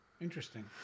Interesting